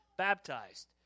baptized